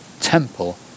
temple